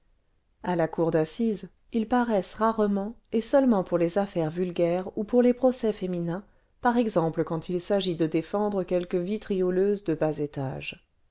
a la cour d'assises ils paraissent rarement et seulement pour les affaires vulgaires ou pour les procès féminins par exemple quand il s'agit de défendre quelque vitrioleuse de bas étage